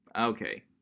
Okay